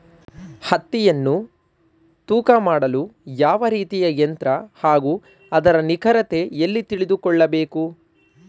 ಹತ್ತಿಯನ್ನು ತೂಕ ಮಾಡಲು ಯಾವ ರೀತಿಯ ಯಂತ್ರ ಹಾಗೂ ಅದರ ನಿಖರತೆ ಎಲ್ಲಿ ತಿಳಿದುಕೊಳ್ಳಬೇಕು?